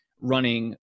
running